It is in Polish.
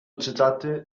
cytaty